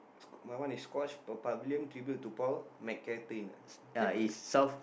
my one is squash Pavilion Tribute to Paul-McCartney